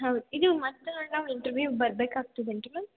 ಹೌದು ಇದು ಮತ್ತೆ ನಾವು ಇಂಟರ್ವ್ಯೂಗೆ ಬರ್ಬೇಕಾಗ್ತದೇನ್ರಿ ಮ್ಯಾಮ್